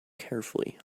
carefully